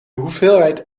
hoeveelheid